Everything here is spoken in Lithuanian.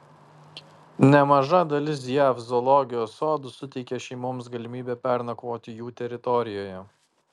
nemaža dalis jav zoologijos sodų suteikia šeimoms galimybę pernakvoti jų teritorijoje